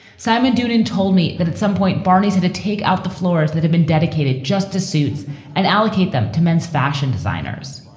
simon doonan told me that at some point barney's had to take out the flaws that have been dedicated just to suits and allocate them to men's fashion designers.